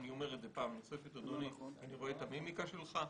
אני אומר את זה פעם נוספת כי אני רואה את המימיקה שלך אדוני,